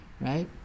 right